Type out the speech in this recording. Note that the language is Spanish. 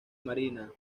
marina